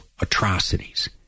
atrocities